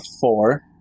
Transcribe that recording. four